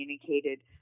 communicated